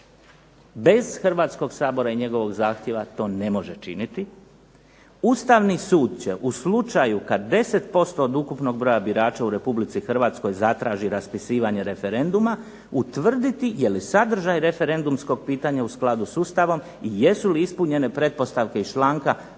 bez Hrvatskog sabora i njegovog zahtjeva to ne može činiti, Ustavni sud će u slučaju kad 10% od ukupnog broja birača u RH zatraži raspisivanje referenduma utvrditi je li sadržaj referendumskog pitanja u skladu s Ustavom i jesu li ispunjene pretpostavke iz članka